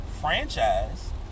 franchise